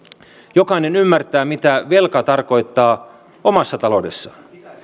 jokainen ymmärtää mitä velka tarkoittaa omassa taloudessa